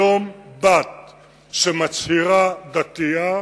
היום בת שמצהירה כי היא דתייה,